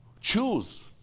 choose